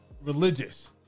religious